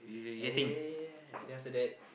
eh then after that